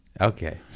Okay